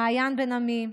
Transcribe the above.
מעיין בן עמי,